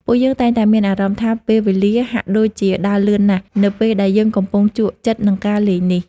ពួកយើងតែងតែមានអារម្មណ៍ថាពេលវេលាហាក់ដូចជាដើរលឿនណាស់នៅពេលដែលយើងកំពុងជក់ចិត្តនឹងការលេងនេះ។